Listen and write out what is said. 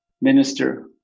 minister